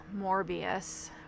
Morbius